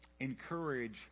encourage